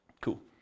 Cool